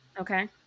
Okay